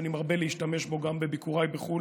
שאני מרבה להשתמש בו גם בביקוריי בחו"ל